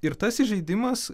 ir tas įžeidimas